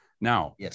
Now